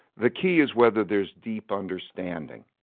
the key is whether there is deep understanding,